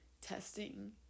testing